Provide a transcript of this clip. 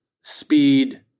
speed